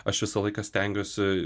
aš visą laiką stengiuosi